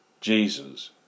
Jesus